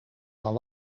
van